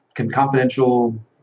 confidential